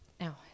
Now